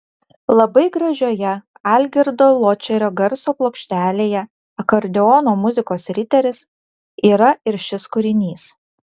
labai gražioje algirdo ločerio garso plokštelėje akordeono muzikos riteris yra ir šis kūrinys